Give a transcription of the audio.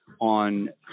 on